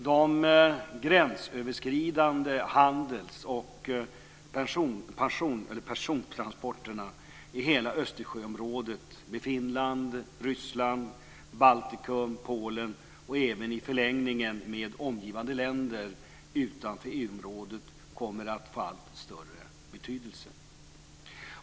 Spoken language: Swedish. De gränsöverskridande handelsoch persontransporterna i hela Östersjöområdet, Finland, Ryssland, Baltikum, Polen och även i förlängningen med omgivande länder utanför EU-området, kommer att få allt större betydelse.